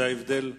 זה ההבדל בשמות,